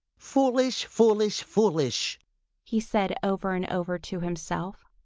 foolish, foolish, foolish he said over and over to himself.